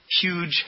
huge